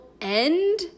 end